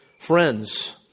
friends